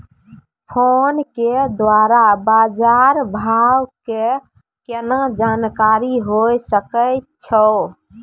Phone के द्वारा बाज़ार भाव के केना जानकारी होय सकै छौ?